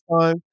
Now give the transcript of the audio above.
time